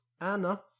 Anna